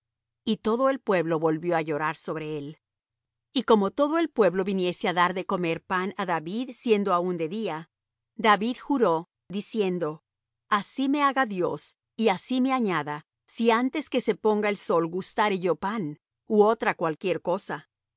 y todo el pueblo volvió á llorar sobre él y como todo el pueblo viniese á dar de comer pan á david siendo aún de día david juró diciendo así me haga dios y así me añada si antes que se ponga el sol gustare yo pan ú otra cualquier cosa